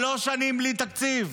שלוש שנים בלי תקציב,